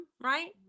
right